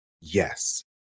Yes